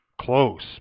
Close